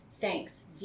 thanks